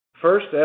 First